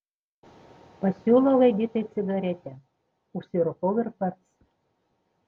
pasiūlau editai cigaretę užsirūkau ir pats